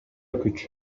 күч